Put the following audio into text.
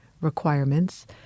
requirements